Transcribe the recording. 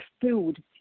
food